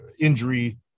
injury